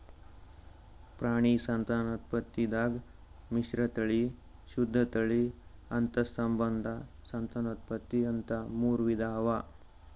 ಪ್ರಾಣಿ ಸಂತಾನೋತ್ಪತ್ತಿದಾಗ್ ಮಿಶ್ರತಳಿ, ಶುದ್ಧ ತಳಿ, ಅಂತಸ್ಸಂಬಂಧ ಸಂತಾನೋತ್ಪತ್ತಿ ಅಂತಾ ಮೂರ್ ವಿಧಾ ಅವಾ